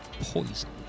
Poison